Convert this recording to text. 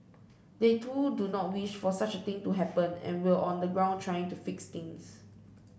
they too do not wish for such a thing to happen and were on the ground trying to fix things